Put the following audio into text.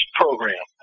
program